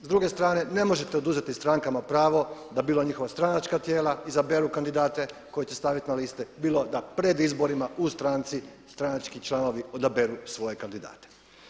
S druge strane, ne možete oduzeti strankama pravo da bilo njihova stranačka tijela izaberu kandidate koje će staviti na liste, bilo da pred izborima u stranci stranački članovi odaberu svoje kandidate.